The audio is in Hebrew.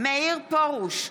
מאיר פרוש,